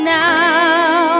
now